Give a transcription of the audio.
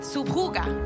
Subjuga